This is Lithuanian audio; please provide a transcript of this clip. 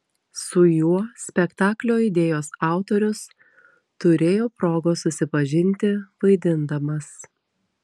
su juo spektaklio idėjos autorius turėjo progos susipažinti vaidindamas